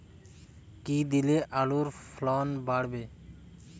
কী দিলে আলুর ফলন বাড়বে?